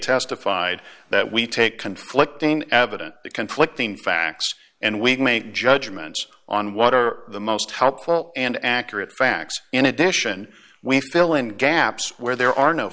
testified that we take conflicting evidence conflicting facts and we can make judgments on what are the most helpful and accurate facts in addition we fill in gaps where there are no